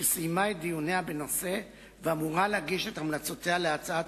שסיימה את דיוניה בנושא ואמורה להגיש את המלצותיה להצעת